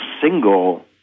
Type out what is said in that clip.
single